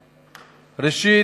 ראשית,